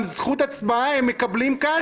גם זכות הצבעה הם מקבלים כאן,